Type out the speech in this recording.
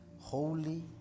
Holy